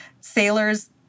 sailors